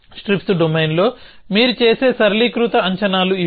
strips డొమైన్లో మీరు చేసే సరళీకృత అంచనాలు ఇవి